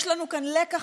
יש לנו כאן לקח,